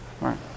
right